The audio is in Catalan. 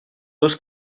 dos